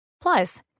Plus